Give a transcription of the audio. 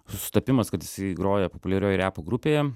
sutapimas kad jisai groja populiarioj repo grupėje